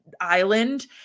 island